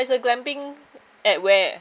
it's a glamping at where